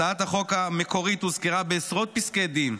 הצעת החוק המקורית הוזכרה בעשרות פסקי דין,